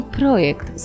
projekt